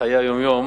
בחיי היום-יום,